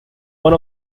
one